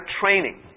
training